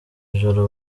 ijoro